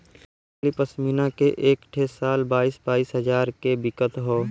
असली पश्मीना के एक ठे शाल बाईस बाईस हजार मे बिकत हौ